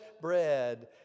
bread